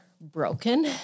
broken